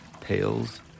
pails